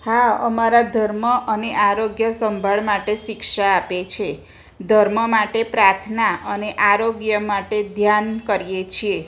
હા અમારા ધર્મ અને આરોગ્ય સંભાળ માટે શિક્ષા આપે છે ધર્મ માટે પ્રાર્થના અને આરોગ્ય માટે ધ્યાન કરીએ છીએ